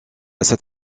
cet